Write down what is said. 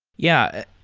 yeah.